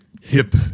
hip